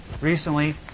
recently